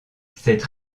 cette